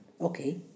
okay